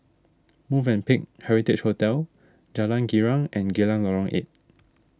Movenpick Heritage Hotel Jalan Girang and Geylang Lorong eight